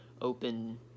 open